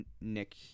Nick